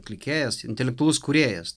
atlikėjas intelektualus kūrėjas